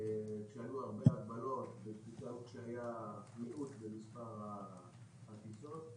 כשהיו הרבה הגבלות וכשהיה מיעוט במספר הטיסות.